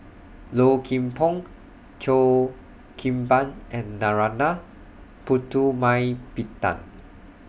Low Kim Pong Cheo Kim Ban and Narana Putumaippittan